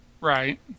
Right